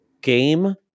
game